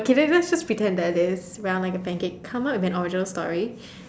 okay then let's just pretend that is round like a pancake come up with a original story